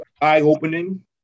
eye-opening